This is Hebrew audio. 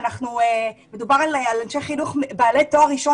מדובר באנשי חינוך בעלי תואר ראשון